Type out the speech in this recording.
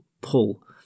pull